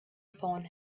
upon